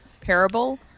parable